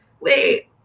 wait